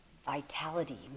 Vitality